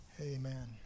Amen